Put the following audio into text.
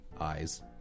eyes